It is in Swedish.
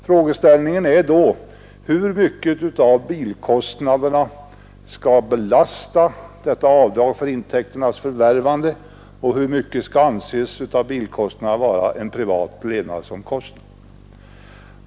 Frågeställningen är då: Hur mycket av bilkostnaderna skall belasta detta avdrag för intäkternas förvärvande och hur mycket av bilkostnaderna skall anses vara en privat levnadsomkostnad?